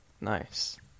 Nice